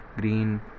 green